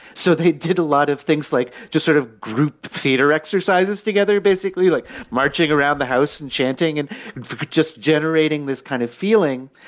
so they did a lot of things like just sort of group theater exercises together, basically like marching around the house and chanting and just generating this kind of feeling.